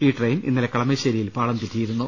ഈ ട്രെയിൻ ഇന്നലെ കളമശ്ശേരിയിൽ പാളം തെറ്റിയിരുന്നു